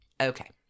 Okay